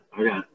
okay